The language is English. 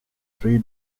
three